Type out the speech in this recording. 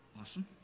Awesome